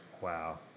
Wow